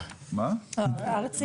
מה זה אל תפריע לי?